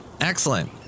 Excellent